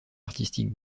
artistique